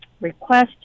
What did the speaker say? request